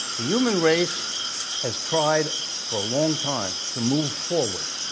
the human race has tried for a long time to move forward.